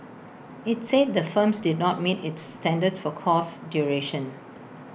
IT said the firms did not meet its standards for course duration